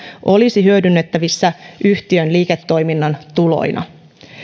olisi hyödynnettävissä yhtiön liiketoiminnan tuloina